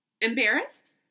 embarrassed